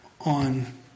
on